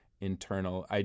internal –